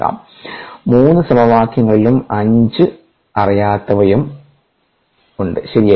intra cellular matrix സമവാക്യത്തിന് 3 സമവാക്യങ്ങളും 5 അറിയാത്തവയുണ്ട് ശരിയല്ലേ